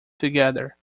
together